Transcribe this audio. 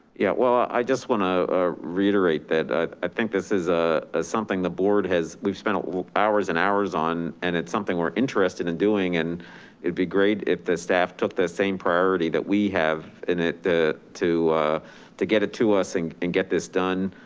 yeah, well, i just wanna ah reiterate that i think this is a ah something the board has, we've spent hours and hours on and it's something we're interested in doing and it'd be great if the staff took the same priority that we have in it, the, to to get it to us and and get this done,